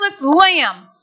lamb